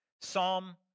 Psalm